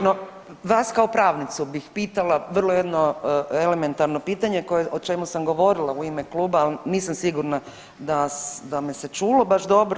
No, vas kao pravnicu bih pitala vrlo jedno elementarno pitanje o čemu sam govorila u ime kluba, ali nisam sigurna da me se čulo baš dobro.